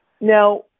Now